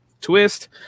twist